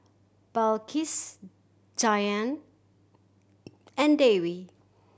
Balqis Dian and Dewi